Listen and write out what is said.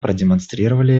продемонстрировали